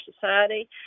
society